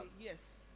Yes